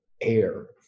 air